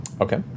Okay